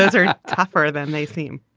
are tougher than they seem.